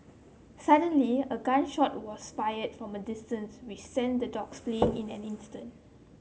suddenly a gun shot was fired from a distance which sent the dogs fleeing in an instant